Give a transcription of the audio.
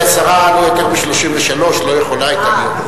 גברתי השרה לא יותר מ-33, לא יכולה היתה להיות.